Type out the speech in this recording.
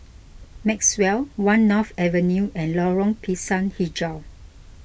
Maxwell one North Avenue and Lorong Pisang HiJau